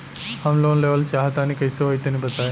हम लोन लेवल चाहऽ तनि कइसे होई तनि बताई?